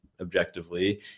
objectively